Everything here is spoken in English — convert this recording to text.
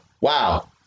wow